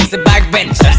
a back bencher.